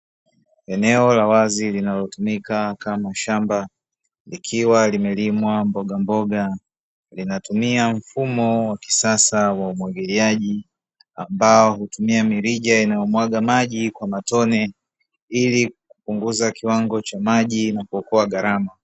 Eneo la wazi linalotumika kama shamba likiwa limelimwa mboga mboga, linatumia mfumo wa kisasa wa umwagiliaji ambao hutumia mirija inayomwaga maji kwa matone ili kupunguza kiwango cha maji na kuokoa gharama.